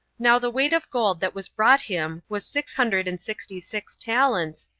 now the weight of gold that was brought him was six hundred and sixty-six talents,